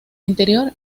interior